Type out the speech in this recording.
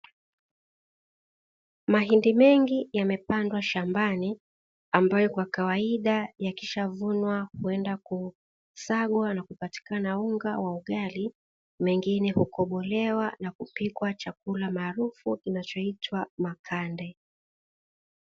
Mahindi mengi yamepandwa shambani ambayo kwa kawaida yakishavunwa huenda kusagwa na kupatikana unga wa ugali, mengine hukobolewa na kupikwa chakula maarufu kichaoitwa makande.